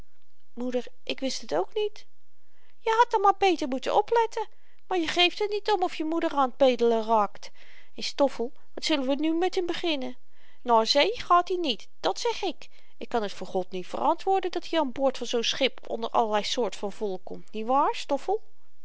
moeder ik wist het ook niet je had dan maar beter moeten opletten maar je geeft er niet om of je moeder aan t bedelen raakt en stoffel wat zullen we nu met m beginnen naar zee gaat i niet dat zeg ik ik kan t voor god niet verantwoorden dat-i aan boord van zoo'n schip onder allerlei soort van volk komt niet waar stoffel